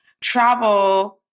travel